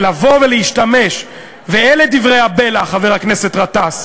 לבוא ולהשתמש, ואלה דברי הבלע, חבר הכנסת גטאס.